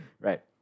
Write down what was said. Right